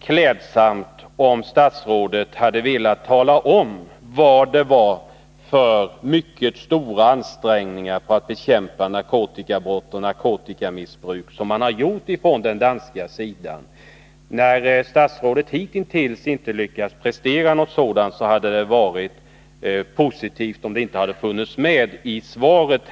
klädsamt, om statsrådet hade velat tala om vilka mycket stora ansträngningar för att bekämpa narkotikabrott och narkotikamissbruk som man har gjort från dansk sida. Eftersom statsrådet hittills inte har lyckats prestera någon sådan redovisning, hade det varit positivt om orden att ”man i Danmark har lagt ned mycket stora ansträngningar på att bekämpa narkotikabrott och narkotikamissbruk” inte hade funnits med i svaret.